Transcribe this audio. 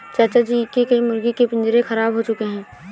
चाचा जी के कई मुर्गी के पिंजरे खराब हो चुके हैं